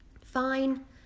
Fine